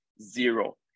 zero